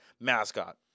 mascot